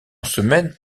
semaine